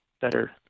better